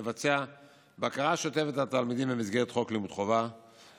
מבצע בקרה שוטפת על תלמידים במסגרת חוק לימוד חובה,